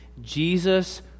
Jesus